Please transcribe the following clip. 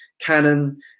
Canon